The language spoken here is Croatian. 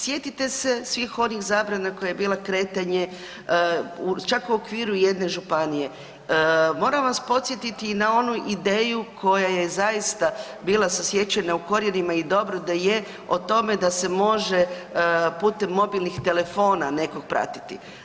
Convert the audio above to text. Sjetite se svih onih zabrana koje je bila kretanje, čak u okviru jedne županije, moram vas podsjetiti na onu ideju koja je zaista bila sasječena u korijenima i dobro da je o tome da se može putem mobilnih telefona nekog pratiti.